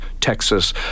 Texas